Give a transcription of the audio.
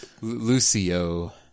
lucio